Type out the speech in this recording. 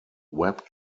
web